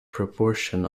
proportion